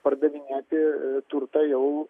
pardavinėti turtą jau